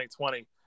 2020